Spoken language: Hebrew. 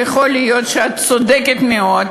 ויכול להיות שאת צודקת מאוד,